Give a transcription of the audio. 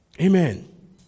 Amen